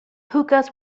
hookahs